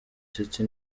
city